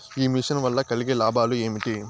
ఈ మిషన్ వల్ల కలిగే లాభాలు ఏమిటి?